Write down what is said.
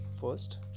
First